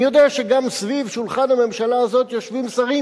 אני יודע שגם סביב שולחן הממשלה הזאת יושבים שרים